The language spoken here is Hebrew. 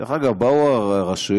דרך אגב, באו הרשויות